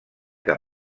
que